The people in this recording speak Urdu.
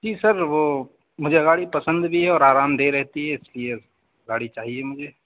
جی سر وہ مجھے گاڑی پسند بھی ہے اور آرامدہ رہتی ہے اس لیے گاڑی چاہیے مجھے